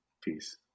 Peace